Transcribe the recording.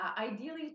Ideally